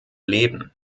leben